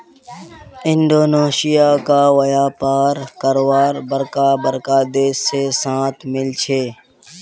Indonesia क व्यापार करवार बरका बरका देश से साथ मिल छे